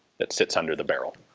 that sits under the barrel.